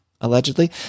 allegedly